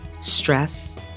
stress